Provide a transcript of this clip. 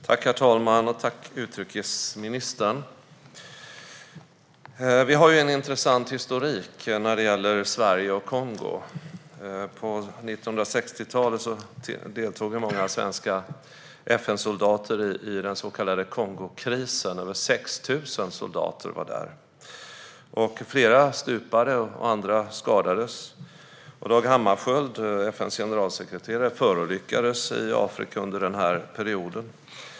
Herr talman! Vi har en intressant historik när det gäller Sverige och Kongo. På 1960-talet deltog många svenska FN-soldater i den så kallade Kongokrisen. Över 6 000 soldater var där. Flera stupade, och andra skadades. Dag Hammarskjöld, FN:s generalsekreterare, förolyckades i Afrika under denna period.